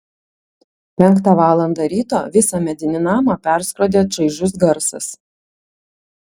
penktą valandą ryto visą medinį namą perskrodė čaižus garsas